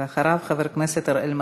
ואחריו, חבר הכנסת אראל מרגלית.